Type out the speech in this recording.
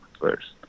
First